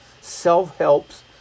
self-helps